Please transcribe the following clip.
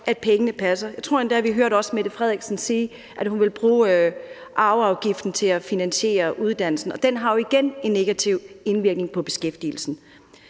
at pengene passer. Jeg tror endda, at vi også hørte Mette Frederiksen sige, at hun ville bruge arveafgiften til at finansiere uddannelse. Og det har jo igen en negativ indvirkning på beskæftigelsen.